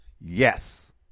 Yes